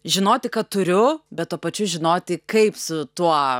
žinoti kad turiu bet tuo pačiu žinoti kaip su tuo